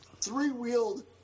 three-wheeled